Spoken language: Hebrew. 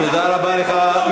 תודה רבה לך,